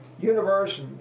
universe